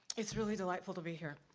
it's really delightful to be here.